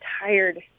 tired